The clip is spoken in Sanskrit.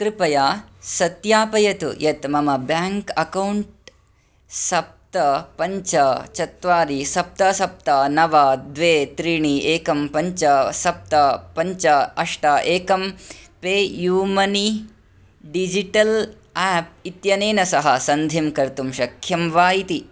कृपया सत्यापयतु यत् मम ब्याङ्क् अक्कौण्ट् सप्त पञ्च चत्वारि सप्त सप्त नव द्वे त्रीणि एकं पञ्च सप्त पञ्च अष्ट एकं PayUMoney digital app इत्यनेन सह सन्धिं कर्तुं शक्यं वा इति